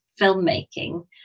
filmmaking